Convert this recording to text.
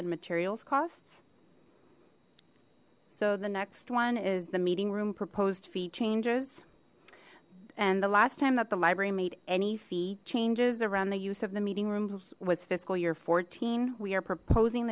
and materials costs so the next one is the meeting room proposed fee changes and the last time that the library made any fee changes around the use of the meeting rooms was fiscal year fourteen we are proposing